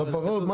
לפחות.